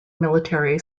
military